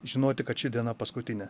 žinoti kad ši diena paskutinė